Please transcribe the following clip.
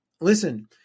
listen